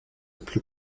plus